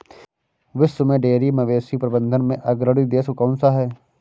विश्व में डेयरी मवेशी प्रबंधन में अग्रणी देश कौन सा है?